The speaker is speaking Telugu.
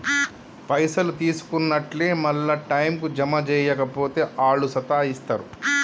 పైసలు తీసుకున్నట్లే మళ్ల టైంకు జమ జేయక పోతే ఆళ్లు సతాయిస్తరు